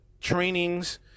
trainings